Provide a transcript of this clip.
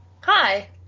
Hi